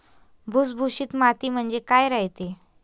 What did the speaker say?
भुसभुशीत माती म्हणजे काय रायते?